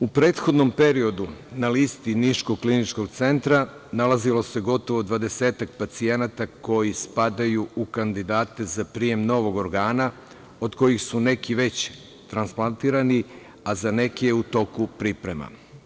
U prethodnom periodu na listi Niškog kliničkog centra nalazilo se gotovo dvadesetak pacijenata koji spadaju u kandidate za prijem novog organa, od kojih su neki već transplantirani, a za neke je u toku priprema.